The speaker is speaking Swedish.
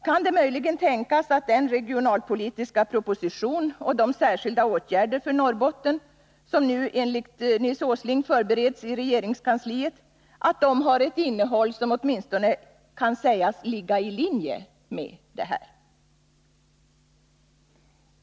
Kan det möjligen tänkas att den regionalpolitiska proposition och de särskilda åtgärder för Norrbotten som nu enligt Nils Åsling förbereds i regeringskansliet har ett innehåll som åtminstone kan sägas ligga i linje med detta?